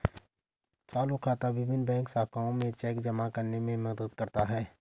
चालू खाता विभिन्न बैंक शाखाओं में चेक जमा करने में मदद करता है